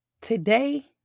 Today